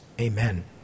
Amen